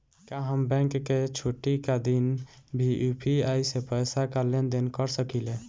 का हम बैंक के छुट्टी का दिन भी यू.पी.आई से पैसे का लेनदेन कर सकीले?